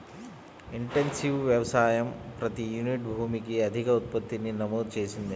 intensive వ్యవసాయం ప్రతి unit భూమికి అధిక ఉత్పత్తిని నమోదు చేసింది